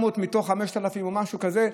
700 מתוך 5,000 או משהו כזה,